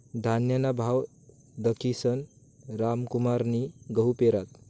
धान्यना भाव दखीसन रामकुमारनी गहू पेरात